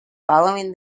following